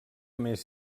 més